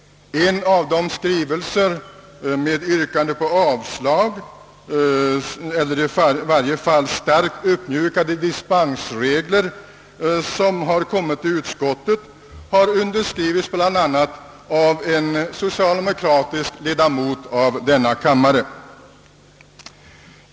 En av de skrivelser med yrkande om avslag på förslaget eller i varje fall starkt uppmjukade dispensregler, som inkommit till utskottet, har undertecknats bl.a. av en socialdemokratisk ledamot av denna kammare.